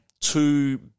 two